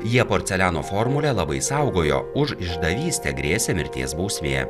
jie porceliano formulę labai saugojo už išdavystę grėsė mirties bausmė